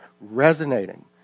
resonating